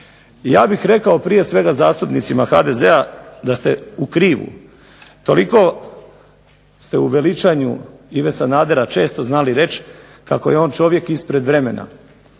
Ja bih rekao prije svega zastupnicima HDZ-a da ste u krivu. Toliko ste u veličanju Ive Sanadera često znali reći kako je on čovjek ispred vremena.